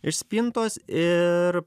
iš spintos ir